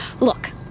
Look